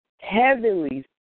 heavily